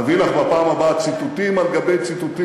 אביא לך בפעם הבאה ציטוטים על ציטוטים,